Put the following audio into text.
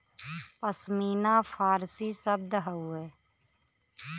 पश्मीना फारसी शब्द हउवे